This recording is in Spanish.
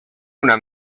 una